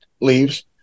leaves